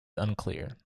unclear